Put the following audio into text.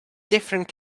different